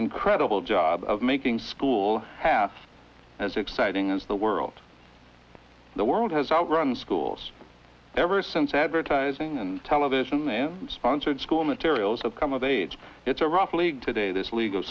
incredible job of making school half as exciting as the world the world has outgrown the schools ever since advertising and television and sponsored school materials have come of age it's a rough league today this legal